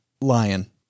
lion